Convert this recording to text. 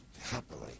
happily